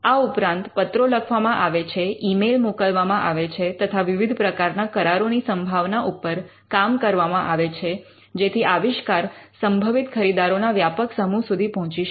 આ ઉપરાંત પત્રો લખવામાં આવે છે ઈમેઈલ મોકલવામાં આવે છે તથા વિવિધ પ્રકારના કરારોની સંભાવના ઉપર કામ કરવામાં આવે છે જેથી આવિષ્કાર સંભવિત ખરીદારોના વ્યાપક સમૂહ સુધી પહોંચી શકે